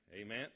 Amen